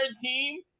team